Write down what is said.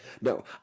no